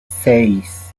seis